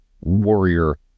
warrior